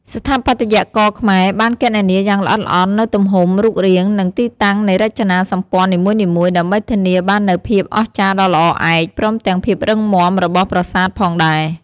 ស្ថាបត្យករខ្មែរ បានគណនាយ៉ាងល្អិតល្អន់នូវទំហំ រូបរាង និងទីតាំងនៃរចនាសម្ព័ន្ធនីមួយៗ ដើម្បីធានាបាននូវភាពអស្ចារ្យដ៏ល្អឯក ព្រមទាំងភាពរឹងមាំរបស់ប្រាសាទផងដែរ។